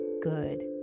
good